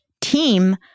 team